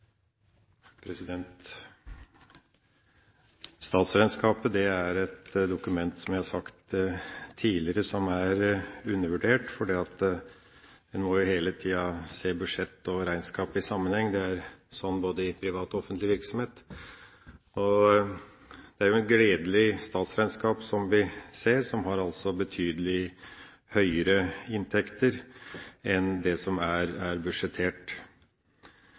statsregnskapet et dokument som er undervurdert, for vi må jo hele tida se budsjett og regnskap i sammenheng. Slik er det både i privat og offentlig virksomhet. Det er jo et gledelig statsregnskap vi ser, som har betydelig høyere inntekter enn det som er budsjettert. Imidlertid viser det også at det er